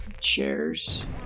Chairs